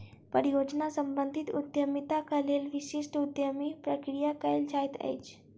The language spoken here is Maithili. परियोजना सम्बंधित उद्यमिताक लेल विशिष्ट उद्यमी प्रक्रिया कयल जाइत अछि